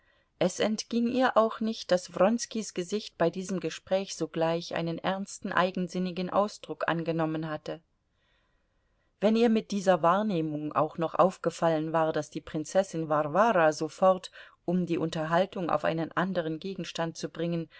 es entging ihr auch nicht daß wronskis gesicht bei diesem gespräch sogleich einen ernsten eigensinnigen ausdruck angenommen hatte wenn ihr mit dieser wahrnehmung auch noch aufgefallen war daß die prinzessin warwara sofort um die unterhaltung auf einen anderen gegenstand zu bringen